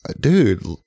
dude